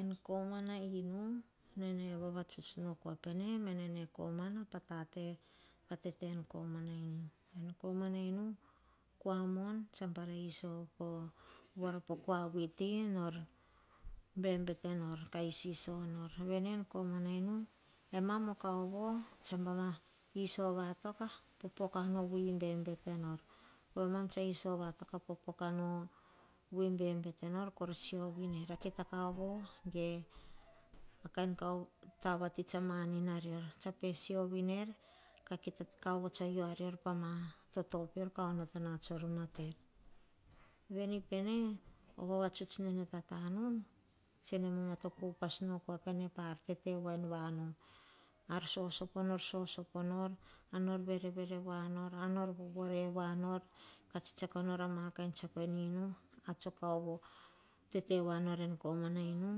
En koma na inu nene vavatsuts no kua pe ne me ne komana pa ta te va tete en komana inu. En komana inu, o kua mon tsa baer aiso, pa ar poh kua vuiti nor bem bete nor, kai siso nor. Be nem komana inu, e mam o kaovo tsa baim ma iso va toka papoka no vui bebete nor. Kor pe siovin er kita kovo ge kain taba vati tsa ma nin arior tsa pe siovin er. Kita kaova tsa u arior pama toto peor. Ka onota pah tsor mater. Veni pene, vavatsuts ne tatanu tse ne mama topo upas nu oh kua pene. Ar sosopo nor sosopo nor ar nor verevere vua nor ar nor vovore vua nor. Kah tse tsako nor. Ar tso kaovo tete voa nor em komani inu,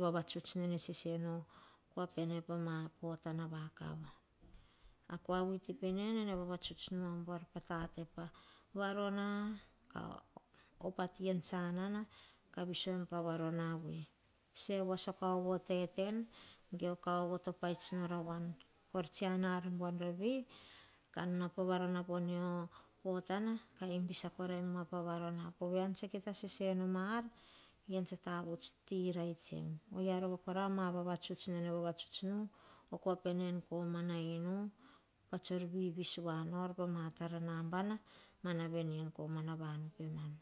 vavatuts nesese nu oh kua pene pa ma pota na vakanu ah kua vuitipene. Nene vavatuts nu abuar pah ar tate varona en sanana sevoasa oh tenten ge oh kaovo to paits nora voan. Kor tsi an ah ar buavi. Nauo pah varona sako raim po mio pota. Ean tsa kita sese nom ar. Ean tsa tavuts ti raits em ohia rova kara ma vavatuts nene vavatuts no, o kua pene komana inu, pa tsor vuivuis voa nor ba matar a nambana, mana veni en komana vanu pemam.